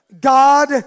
God